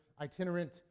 itinerant